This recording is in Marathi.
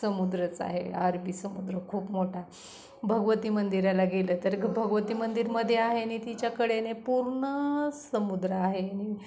समुद्रच आहे अरबी समुद्र खूप मोठा भगवती मंदिराला गेलं तर भगवती मंदिर मध्ये आहे आणि तिच्याकडेने पूर्ण समुद्र आहे आणि